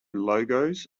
logos